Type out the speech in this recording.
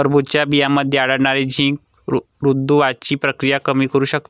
टरबूजच्या बियांमध्ये आढळणारे झिंक वृद्धत्वाची प्रक्रिया कमी करू शकते